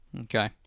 okay